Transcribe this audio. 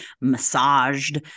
massaged